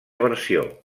versió